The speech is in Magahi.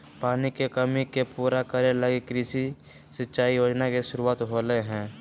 पानी के कमी के पूरा करे लगी कृषि सिंचाई योजना के शुरू होलय हइ